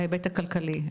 ההיבט הכלכלי,